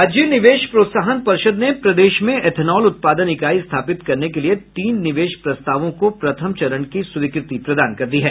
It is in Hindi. राज्य निवेश प्रोत्साहन पर्षद ने प्रदेश में इथेनॉल उत्पादन इकाई स्थापित करने के लिये तीन निवेश प्रस्तावों को प्रथम चरण की स्वीकृति प्रदान कर दी है